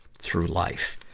through life.